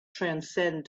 transcend